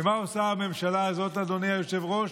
ומה עושה הממשלה הזאת, אדוני היושב-ראש?